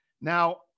Now